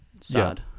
sad